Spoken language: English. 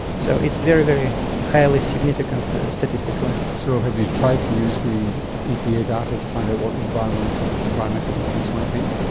so it's very, very highly significant statistically. so have you tried to use the epa data to find out what the environmental environmental influence might be?